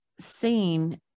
seen